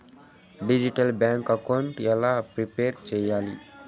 Digital bank account ఎలా prepare సెయ్యాలి?